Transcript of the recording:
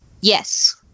yes